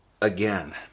Again